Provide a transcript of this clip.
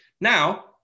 Now